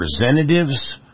representatives